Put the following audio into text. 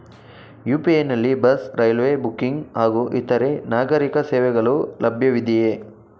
UPI ನಲ್ಲಿ bus, railway booking ಹಾಗೂ ಇತರೆ ನಾಗರೀಕ ಸೇವೆಗಳು ಲಭ್ಯವಿದೆಯೇ?